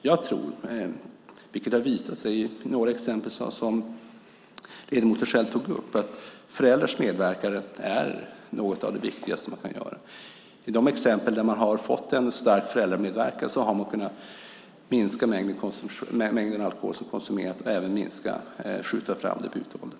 Jag tror, vilket har visat sig i några exempel som ledamoten själv tog upp, att föräldrars medverkan är mycket viktig. Där man har fått en stark föräldramedverkan har man kunnat minska mängden alkohol som konsumeras och även kunnat skjuta fram debutåldern.